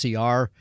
CR